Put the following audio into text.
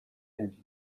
and